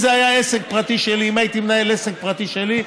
אם הייתי מנהל עסק פרטי שלי,